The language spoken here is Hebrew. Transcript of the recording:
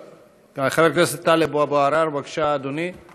חבר הכנסת טלב אבו עראר, בבקשה, אדוני.